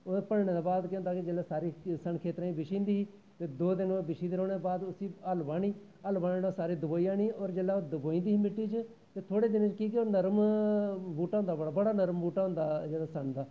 ओह् भन्नै दै बाद केह् होंदा हा जिसलै सारी सन खेत्तै च बिशी जंदी ही जिसलै बिशी ते उसी हल्ल बाह्नी हल बाहियै ओह् दवाई जानी ते जिसलै ओह् दबोई जंदी ही मिट्टी च ते कि के ओह् नर्म बहूटा होंदा सन दा ते